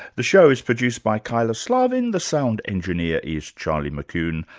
the show is produced by kyla slaven, the sound engineer is charlie mckune,